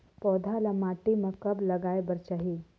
पौधा ल माटी म कब लगाए बर चाही?